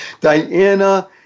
Diana